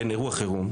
בין אירוע חירום,